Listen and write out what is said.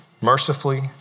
mercifully